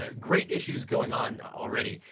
ah great issues going on already.